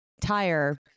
tire